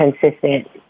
consistent